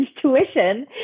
tuition